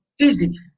easy